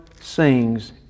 sings